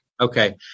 Okay